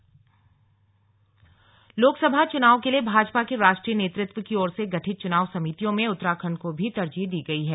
slug Lok Sabha चुनाव लोकसभा चुनाव के लिए भाजपा के राष्ट्रीय नेतृत्व की ओर से गठित चुनाव समितियों में उत्तराखंड को भी तरजीह दी गई है